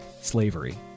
slavery